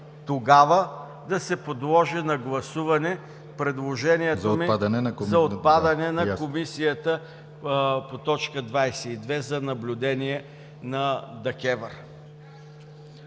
тогава да се подложи на гласуване предложението за отпадане на комисията по т. 22 за наблюдение на КЕВР.